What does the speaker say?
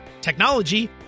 technology